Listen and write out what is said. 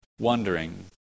wondering